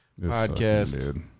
podcast